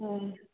हूँ